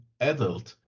adult